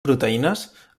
proteïnes